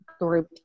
group